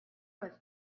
was